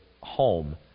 home